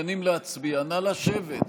להצביע, נא לשבת.